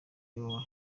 iwawa